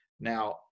Now